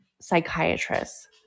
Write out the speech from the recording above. psychiatrist